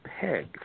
peg